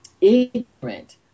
ignorant